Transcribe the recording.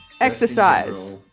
Exercise